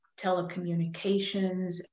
telecommunications